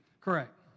Correct